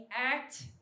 act